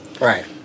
Right